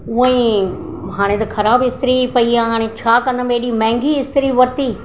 उअं ई हाणे त ख़राब इस्त्री पई आहे हाणे छा कंदमि हेॾी मांहगी इस्त्री वरती